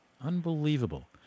Unbelievable